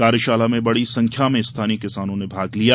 कार्यशाला में बड़ी संख्या में स्थानीय किसानों ने भाग लिया